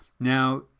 Now